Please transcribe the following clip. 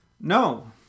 No